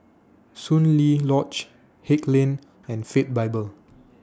Soon Lee Lodge Haig Lane and Faith Bible